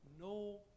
no